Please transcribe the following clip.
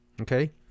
Okay